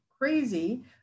crazy